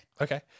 Okay